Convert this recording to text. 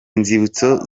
nzibutso